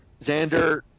Xander